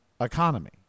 economy